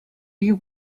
you